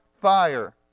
fire